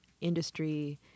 industry